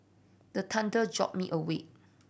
the thunder jolt me awake